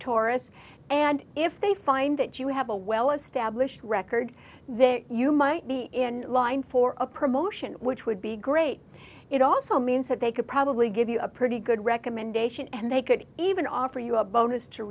taurus and if they find that you have a well established record there you might be in line for a promotion which would be great it also means that they could probably give you a pretty good recommendation and they could even offer you a bonus to